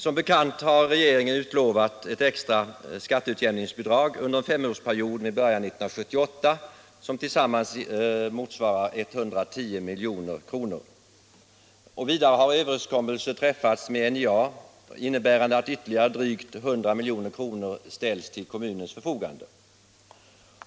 Som bekant har regeringen utlovat ett extra skatteutjämningsbidrag under en femårsperiod med början 1978, tillsammans motsvarande 110 milj.kr. Vidare har överenskommelse träffats med NJA, innebärande att ytterligare drygt 100 milj.kr. ställs till kommunens förfogande.